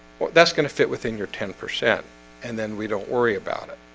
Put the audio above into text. well that's gonna fit within your ten percent and then we don't worry about it